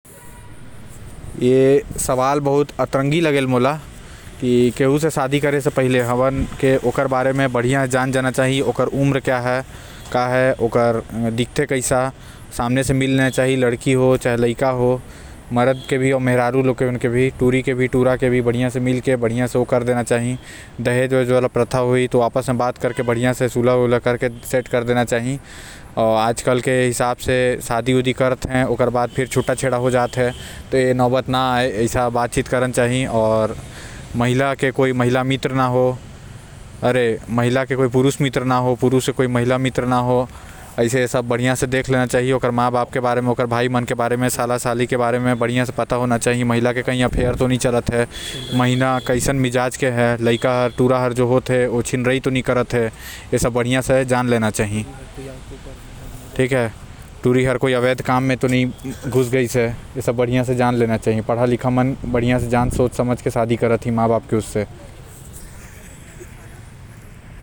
कोनो से शादी करे से पहिले हमन ला ओकर हर जानकारी ला ले लेना चाही जैसे ओकर उम्र आऊ ओकर नाक नक्शा आऊ ओकर पढ़ाई साथ ही ओला भी खोज के मौका देना चाही।